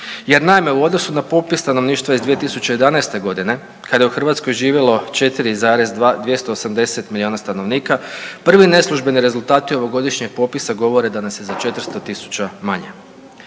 jer naime u odnosu na popis stanovništva iz 2011. godine kada je u Hrvatskoj živjelo 4,280 miliona stanovnika prvi neslužbeni rezultati ovogodišnjeg popisa govore da nas je za 400.000 manje.